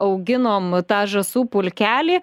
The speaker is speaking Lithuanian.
auginom tą žąsų pulkelį